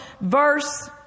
verse